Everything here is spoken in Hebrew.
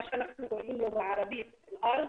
מה שאנחנו קוראים לו בערבית (תרגום חופשי מערבית) אדמה,